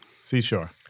seashore